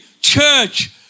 church